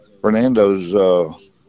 Fernando's